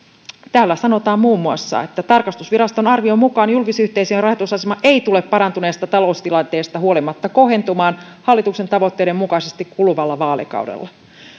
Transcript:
siinä sanotaan muun muassa että tarkastusviraston arvion mukaan julkisyhteisöjen rahoitusasema ei tule parantuneesta taloustilanteesta huolimatta kohentumaan hallituksen tavoitteiden mukaisesti kuluvalla vaalikaudella